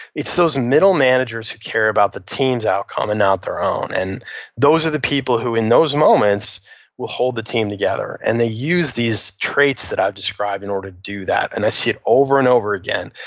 it's those middle managers who care about the team's outcome and not their own. those are the people who in those moments will hold the team together, and they use these traits that i described in order to do that. and i see it over and over again.